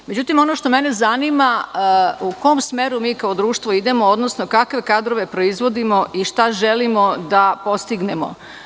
Ono što mene zanima, u kom smeru mi kao društvo idemo, odnosno kakve kadrove proizvodimo i šta želimo da postignemo?